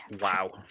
Wow